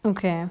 okay